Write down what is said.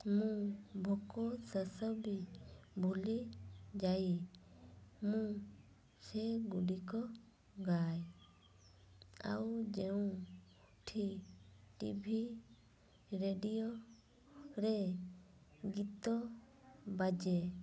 ମୁଁ ଭୋକ ଶୋଷ ବି ଭୁଲିଯାଇ ମୁଁ ସେଗୁଡ଼ିକ ଗାଏ ଆଉ ଯେଉଁଠି ଟିଭି ରେଡ଼ିଓରେ ଗୀତ ବାଜେ